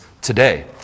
today